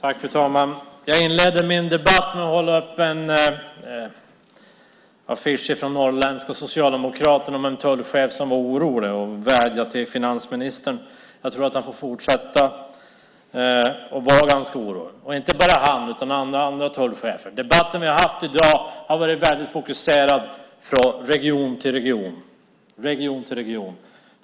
Fru talman! Jag inledde mitt första inlägg med att hålla upp en affisch från Norrländska Socialdemokraten om en tullchef som var orolig och vädjade till finansministern. Jag tror att han får fortsätta att vara ganska orolig, och inte bara han utan även alla andra tullchefer. Debatten i dag har varit väldigt fokuserad på region efter region.